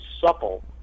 supple